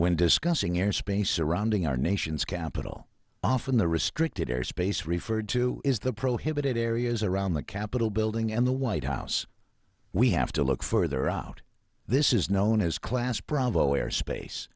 when discussing airspace surrounding our nation's capital often the restricted airspace referred to is the prohibited areas around the capitol building and the white house we have to look further out this is known as class bravo airspace